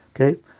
okay